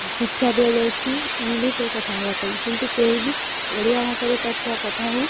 ଶିକ୍ଷା ଦିଆଯାଉଛି ଇଂଲିଶରେ କଥା ହେବା ପାଇଁ କିନ୍ତୁ କେହି ବି ଓଡ଼ିଆ ଭାଷାରେ ତା' ଛୁଆ କଥା ହଉ